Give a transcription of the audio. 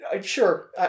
Sure